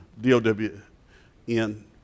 D-O-W-N